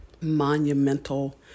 monumental